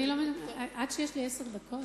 אני לא מבינה, עד שיש לי עשר דקות.